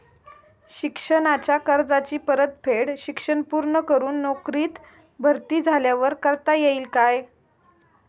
शिक्षणाच्या कर्जाची परतफेड शिक्षण पूर्ण करून नोकरीत भरती झाल्यावर करता येईल काय?